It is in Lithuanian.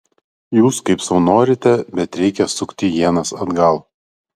jūs kaip sau norite bet reikia sukti ienas atgal